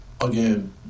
again